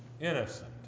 innocent